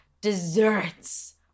Desserts